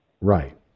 Right